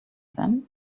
them